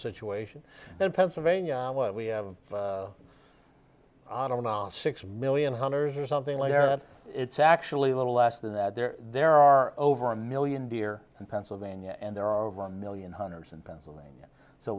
situation in pennsylvania what we have six million hunters or something like that it's actually a little less than that there there are over a million deer in pennsylvania and there are over a million hunters in pennsylvania so